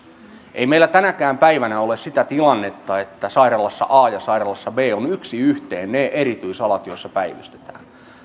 ei meillä tänäkään päivänä ole sitä tilannetta että sairaalassa a ja sairaalassa b ovat yksi yhteen ne erityisalat joissa päivystetään